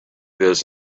this